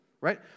right